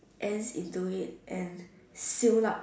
ants into it and seal up